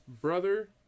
brother